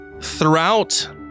throughout